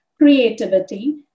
creativity